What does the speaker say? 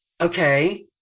okay